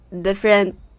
different